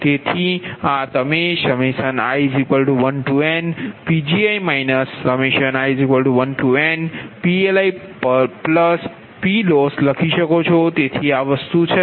તેથી આ તમે i1nPgi i1nPLiPloss લખી શકો છો તેથી આ વસ્તુ છે